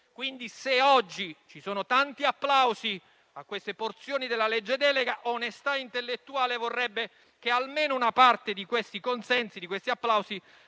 Quindi, se oggi ci sono tanti applausi a queste porzioni della legge delega, onestà intellettuale vorrebbe che almeno una parte di questi consensi e di questi applausi